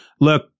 look